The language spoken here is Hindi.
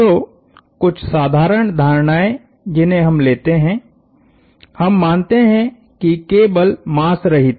तो कुछ साधारण धारणाएं जिन्हे हम लेते हैहम मानते हैं कि केबल मास रहित हैं